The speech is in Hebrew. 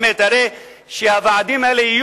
באמת הרי הוועדים האלה,